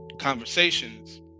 conversations